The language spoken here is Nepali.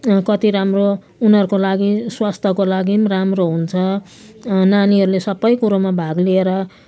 कति राम्रो उनीहरूको लागि स्वास्थ्यको लागि राम्रो हुन्छ नानीहरूले सबै कुरोमा भाग लिएर